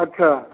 अच्छा